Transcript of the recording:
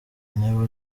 niba